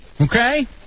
Okay